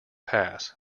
pass